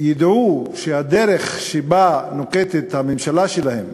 וידעו שהדרך שהממשלה שלהם